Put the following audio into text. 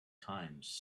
times